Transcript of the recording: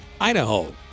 Idaho